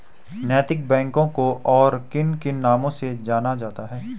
नैतिक बैंकों को और किन किन नामों से जाना जाता है?